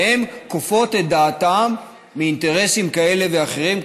והן כופות את דעתן מאינטרסים כאלה ואחרים,